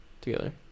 Together